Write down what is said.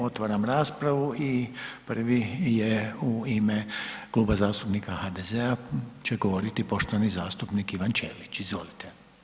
Otvaram raspravu i prvi je u ime Kluba zastupnika HDZ-a će govoriti poštovani zastupnik Ivan Ćelić, izvolite.